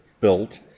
built